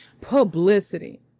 publicity